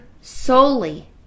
solely